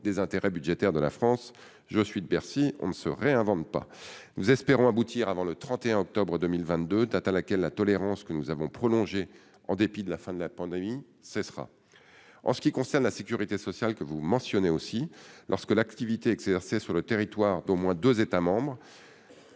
des intérêts budgétaires de la France- je suis de Bercy, on ne se réinvente pas ! Nous espérons aboutir avant le 31 octobre 2022, date à laquelle la tolérance, que nous avons prolongée en dépit de la fin de la pandémie, cessera. En ce qui concerne la sécurité sociale, lorsque l'activité est exercée sur le territoire d'au moins deux États membres,